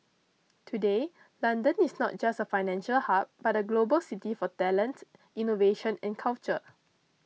today London is not just a financial hub but a global city for talent innovation and culture